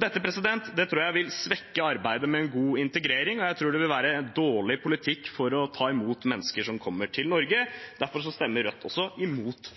Dette tror jeg vil svekke arbeidet med en god integrering, og jeg tror det vil være en dårlig politikk for å ta imot mennesker som kommer til Norge. Derfor stemmer Rødt